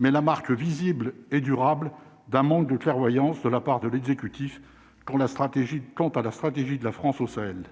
mais la marque visible et durable d'un manque de clairvoyance, de la part de l'exécutif pour la stratégie quant à la stratégie de la France au Sahel,